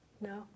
No